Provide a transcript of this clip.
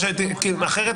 אחרת